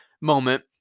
moment